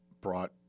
brought